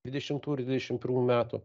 dvidešimtų ir dvidešim pirmų metų